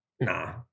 nah